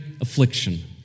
affliction